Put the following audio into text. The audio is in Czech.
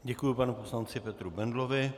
Děkuji panu poslanci Petru Bendlovi.